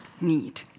need